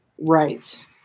Right